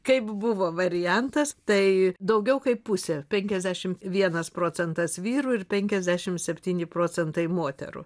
kaip buvo variantas tai daugiau kaip pusė penkiasdešimt venas procentas vyrų ir penkiasdešim septyni procentai moterų